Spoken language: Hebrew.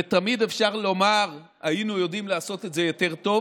ותמיד אפשר לומר: היינו יודעים לעשות את זה יותר טוב,